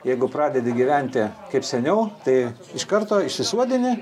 jeigu pradedi gyventi kaip seniau tai iš karto išsisuodini